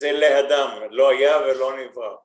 זה לאדם, לא היה ולא נברא